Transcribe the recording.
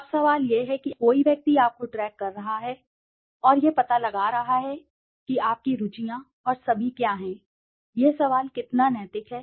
अब सवाल यह है कि कोई व्यक्ति आपको ट्रैक कर रहा है और यह पता लगा रहा है कि आपकी रुचियां और सभी क्या हैं यह सवाल कितना नैतिक है